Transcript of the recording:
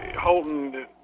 Holton